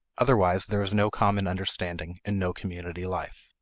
otherwise, there is no common understanding, and no community life.